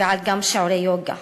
וגם על שיעורי יוגה.